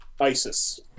ISIS